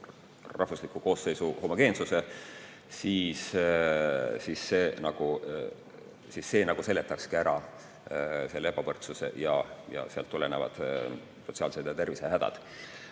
rahvusliku koosseisu homogeensuse, siis see nagu seletakski ära ebavõrdsuse ning sellest tulenevad sotsiaalsed ja tervisehädad.